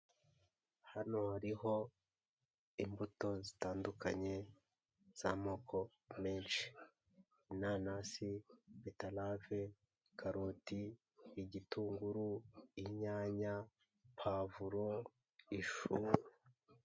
Hano hariho imbuto zitandukanye z'amoko menshi, inanasi, betarave, karoti, igitunguru, inyanya, pavuro, ishu.